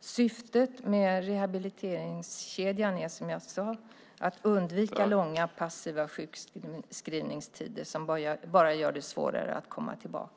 Syftet med rehabiliteringskedjan är som jag sade att undvika långa, passiva sjukskrivningstider som bara gör det svårare att komma tillbaka.